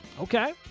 Okay